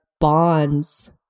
bonds